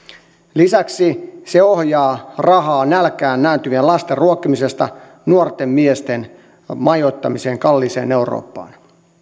lisäksi se ohjaa rahaa nälkään nääntyvien lasten ruokkimisesta nuorten miesten majoittamiseen kalliiseen eurooppaan